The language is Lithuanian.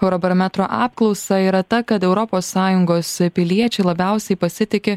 eurobarometro apklausą yra ta kad europos sąjungos piliečiai labiausiai pasitiki